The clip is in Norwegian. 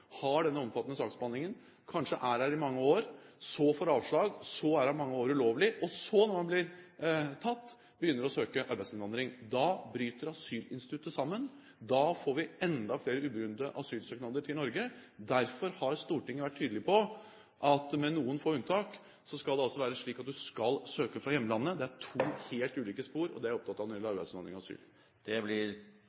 har denne omfattende saksbehandlingen, kanskje er her i mange år, så får avslag, så er her mange år ulovlig, og så, når man blir tatt, begynner å søke om arbeidsinnvandring. Da bryter asylinstituttet sammen. Da får vi enda flere ubegrunnede asylsøknader til Norge. Derfor har Stortinget vært tydelige på at med noen få unntak skal det være slik at du skal søke fra hjemlandet. Det er to helt ulike spor, og det er jeg opptatt av